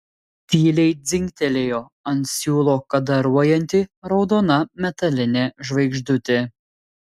tyliai dzingtelėjo ant siūlo kadaruojanti raudona metalinė žvaigždutė